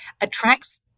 attracts